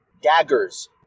daggers